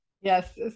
Yes